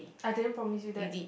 I didn't promise you that